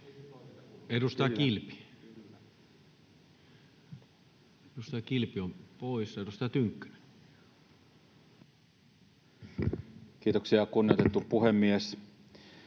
edustaja Kilpi on poissa. — Edustaja Tynkkynen. Kiitoksia, kunnioitettu puhemies!